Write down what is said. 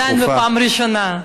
אני עדיין בפעם הראשונה.